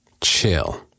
chill